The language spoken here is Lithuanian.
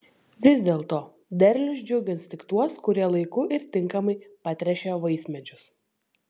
vis dėlto derlius džiugins tik tuos kurie laiku ir tinkamai patręšė vaismedžius